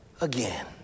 again